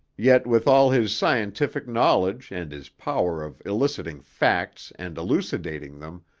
yet, with all his scientific knowledge and his power of eliciting facts and elucidating them,